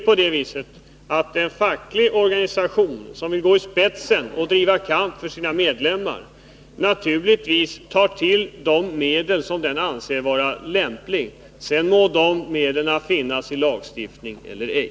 Men en facklig organisation som vill gå i spetsen och driva kamp för sina medlemmar tar naturligtvis till de medel som den anser vara lämpliga — sedan må de medlen vara inskrivna i lagstiftning eller ej.